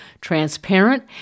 transparent